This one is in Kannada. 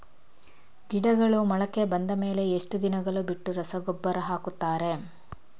ಗಿಡಗಳು ಮೊಳಕೆ ಬಂದ ಮೇಲೆ ಎಷ್ಟು ದಿನಗಳು ಬಿಟ್ಟು ರಸಗೊಬ್ಬರ ಹಾಕುತ್ತಾರೆ?